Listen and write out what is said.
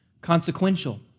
consequential